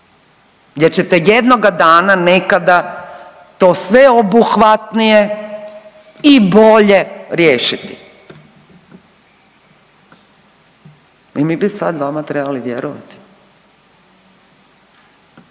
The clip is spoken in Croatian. jer ćete jednoga dana nekada to sveobuhvatnije i bolje riješiti. I mi bi sad vama trebali vjerovati?